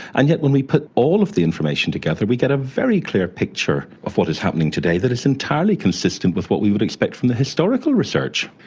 and yet when we put all of the information together together we get a very clear picture of what is happening today that is entirely consistent with what we would expect from the historical research.